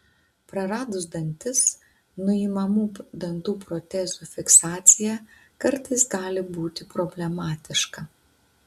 praradus dantis nuimamų dantų protezų fiksacija kartais gali būti problemiška